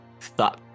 thought